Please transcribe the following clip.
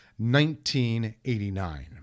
1989